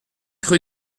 rue